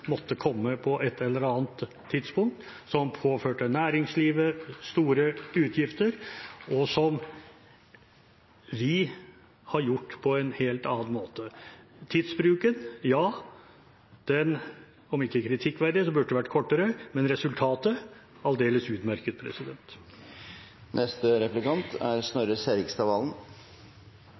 måtte komme på ett eller annet tidspunkt, som påførte næringslivet store utgifter, og som vi har gjort på en helt annen måte. Tidsbruken: Om ikke kritikkverdig burde den vært mindre, men resultatet: aldeles utmerket. Kan representanten Flåtten forklare logikken i at samtidig som man kutter 37 mill. kr til uføre forsørgere som ikke er